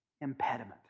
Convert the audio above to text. impediment